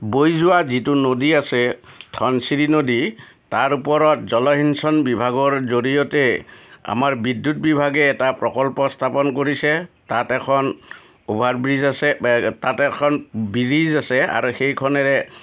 বৈ যোৱা যিটো নদী আছে ধনশিৰি নদী তাৰ ওপৰত জনসিঞ্চন বিভাগৰ জৰিয়তে আমাৰ বিদ্যুৎ বিভাগে এটা প্ৰকল্প স্থাপন কৰিছে তাত এখন অভাৰ ব্ৰীজ আছে তাত এখন বিৰিজ আছে আৰু সেইখনেৰে